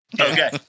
Okay